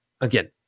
again